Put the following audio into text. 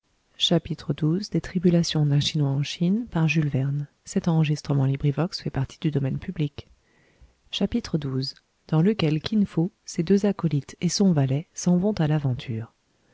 xii dans lequel kin fo ses deux acolytes et son valet s'en vont à l'aventure